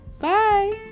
bye